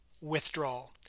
withdrawal